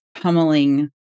pummeling